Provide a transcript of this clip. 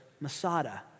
Masada